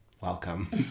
Welcome